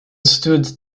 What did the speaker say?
stood